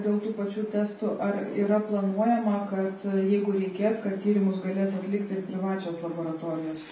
dėl tų pačių testų ar yra planuojama kad jeigu reikės kad tyrimus galės atlikti privačios laboratorijos